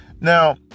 Now